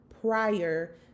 prior